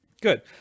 Good